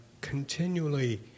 continually